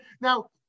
Now